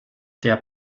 der